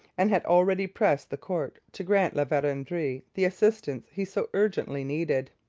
and had already pressed the court to grant la verendrye the assistance he so urgently needed.